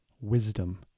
wisdom